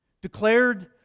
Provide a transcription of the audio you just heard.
declared